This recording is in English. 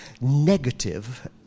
negative